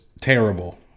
terrible